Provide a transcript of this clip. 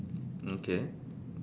okay